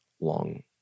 long